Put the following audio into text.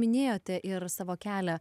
minėjote ir savo kelią